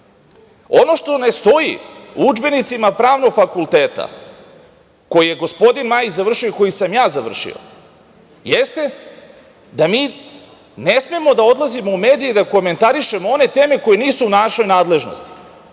što ne stoji u udžbenicima pravnog fakulteta, koji je gospodin Majić završio i koji sam ja završio, jeste da ne smemo da odlazimo u medije i da komentarišemo one teme koje nisu u našoj nadležnosti.